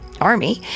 army